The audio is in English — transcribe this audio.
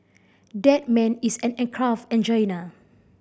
that man is an aircraft engineer